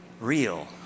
real